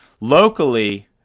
locally